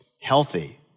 healthy